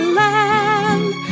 land